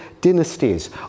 dynasties